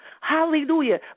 hallelujah